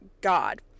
god